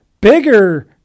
bigger